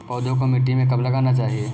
पौधों को मिट्टी में कब लगाना चाहिए?